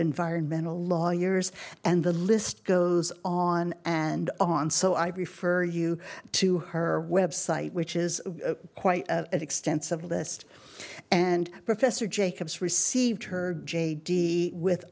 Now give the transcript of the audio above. environmental lawyers and the list goes on and on so i refer you to her website which is quite an extensive list and professor jacobs received her j d with